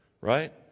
right